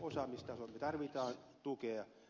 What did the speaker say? me tarvitsemme tukea